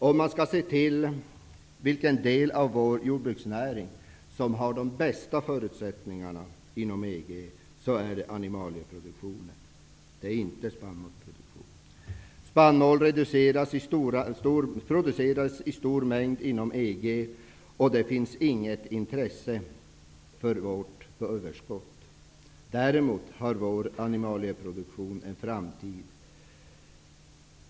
Om man skall se till vilken del av vår jordbruksnäring som inom EG har de bästa förutsättningarna, så är det animalieproduktionen och inte spannmålsproduktionen. Spannmål produceras i stor mängd inom EG, och det finns inget intresse för vårt överskott. Däremot har vår animalieproduktion en framtid.